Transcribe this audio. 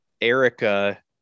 Erica